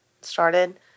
started